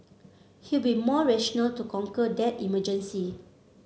he'll be more rational to conquer that emergency